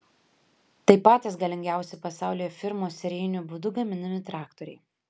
tai patys galingiausi pasaulyje firmos serijiniu būdu gaminami traktoriai